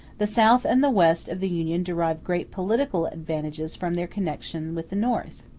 the south and the west of the union derive great political advantages from their connection with the north.